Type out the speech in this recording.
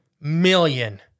million